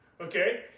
Okay